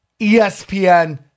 ESPN